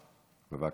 בבקשה.